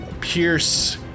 pierce